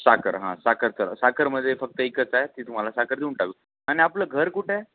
साखर हा साखर क साखरमध्ये फक्त एकच आहे ती तुम्हाला साखर देऊन टाकेल आणि आपलं घर कुठं आहे